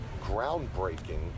groundbreaking